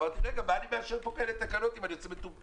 אמרתי: מה אני מאשר פה כאלה תקנות אם אני יוצא מטומטם?